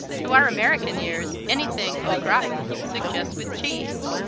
to our american ears anything au gratin suggests with cheese,